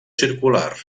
circular